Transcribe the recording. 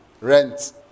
rent